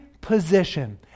position